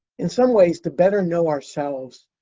in some ways to better know ourselves,